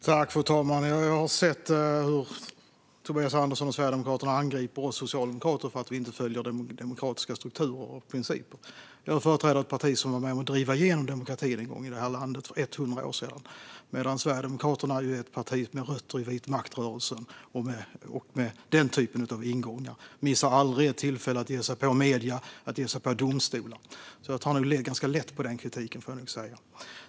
Fru talman! Jag har sett hur Tobias Andersson och Sverigedemokraterna angriper oss socialdemokrater för att vi inte följer demokratiska strukturer och principer. Jag företräder ett parti som för 100 år sedan var med om att driva igenom demokrati i det här landet. Sverigedemokraterna är ett parti med rötter i vitmaktrörelsen och den typen av ingångar. Man missar aldrig ett tillfälle att ge sig på medier och domstolar. Jag tar ganska lätt på den kritiken, får jag nog säga.